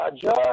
Judge